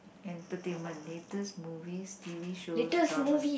entertainment latest movies T_V shows dramas